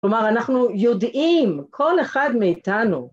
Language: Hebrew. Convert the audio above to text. כלומר אנחנו יודעים, כל אחד מאיתנו